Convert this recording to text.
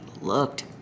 looked